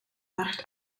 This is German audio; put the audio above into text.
macht